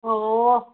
ꯑꯣ